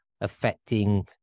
affecting